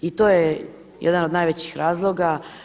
I to je jedan od najvećih razloga.